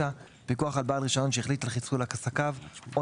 פיקוח על בעל רישיון שהחליט על חיסול עסקיו או